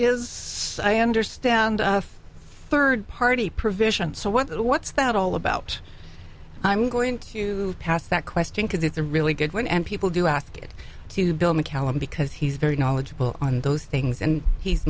is i understand third party provision so what's that all about i'm going to pass that question because it's a really good one and people do ask it to bill mccallum because he's very knowledgeable on those things and he's